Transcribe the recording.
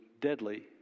deadly